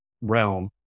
realm